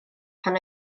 pan